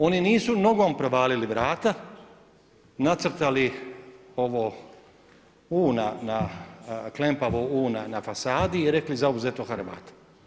Oni nisu nogom provalili vrata, nacrtali ovo klempavo U na fasadi i rekli zauzeto, Hrvat.